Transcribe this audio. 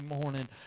morning